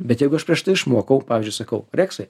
bet jeigu aš prieš tai išmokau pavyzdžiui sakau reksai